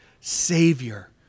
Savior